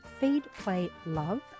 feedplaylove